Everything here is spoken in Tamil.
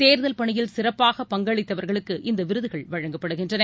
தேர்தல் பணியில் சிறப்பாக பங்களித்தவர்களுக்கு இந்த விருதுகள் வழங்கப்படுகின்றன